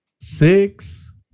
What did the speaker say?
six